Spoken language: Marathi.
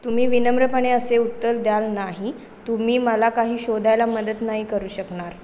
तुम्ही विनम्रपणे असे उत्तर द्याल नाही तुम्ही मला काही शोधायला मदत नाही करू शकणार